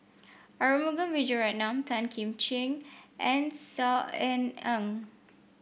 Arumugam Vijiaratnam Tan Kim Ching and Saw Ean Ang